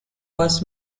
was